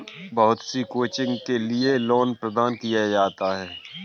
बहुत सी कोचिंग के लिये लोन प्रदान किया जाता है